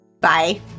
Bye